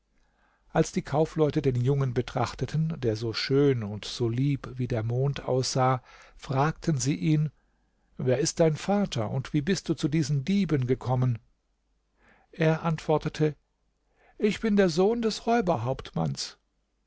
als die kaufleute den jungen betrachteten der so schön und so lieb wie der mond aussah fragten sie ihn wer ist dein vater und wie bist du zu diesen dieben gekommen er antwortete ich bin der sohn des räuberhauptmanns